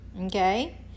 Okay